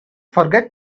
forget